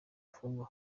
afungwa